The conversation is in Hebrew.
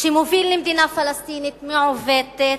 שמוביל למדינה פלסטינית מעוותת,